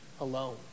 alone